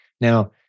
Now